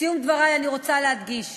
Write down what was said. לסיום דברי אני רוצה להדגיש